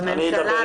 בממשלה.